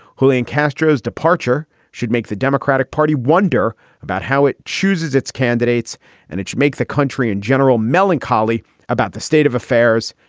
julian castro's departure should make the democratic party wonder about how it chooses its candidates and its make the country in general melancholy about the state of affairs.